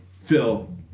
Phil